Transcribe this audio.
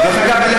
דרך אגב,